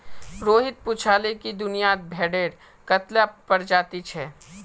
रोहित पूछाले कि दुनियात भेडेर कत्ला प्रजाति छे